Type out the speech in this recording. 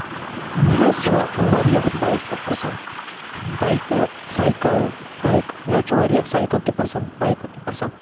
مےٚ حظ چھُ وارِیاہ بایکہٕ پسنٛد بایکہٕ سایکل بایک مےٚ حظ چھُ وارِیاہ سایکل تہِ پسنٛد بایکہٕ تہِ پسنٛد